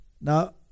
Now